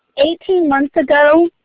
eighteen months ago,